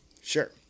Sure